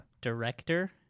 Director